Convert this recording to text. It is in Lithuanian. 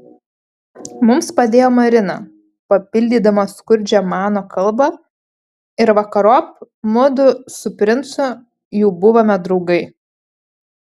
mums padėjo marina papildydama skurdžią mano kalbą ir vakarop mudu su princu jau buvome draugai